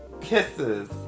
Kisses